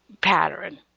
pattern